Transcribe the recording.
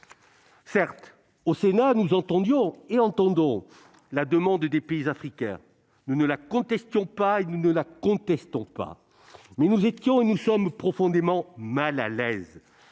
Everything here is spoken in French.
Certes, au Sénat, nous entendions et entendons toujours la demande des pays africains. Nous ne la contestions pas et ne la contestons toujours pas. Mais nous étions et nous demeurons profondément mal à l'aise